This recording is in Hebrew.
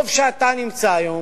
טוב שאתה נמצא היום.